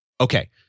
Okay